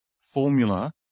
formula